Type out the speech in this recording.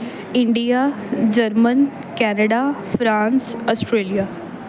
India Germany Canada France Australia